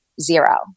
Zero